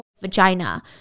vagina